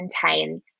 contains